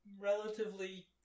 Relatively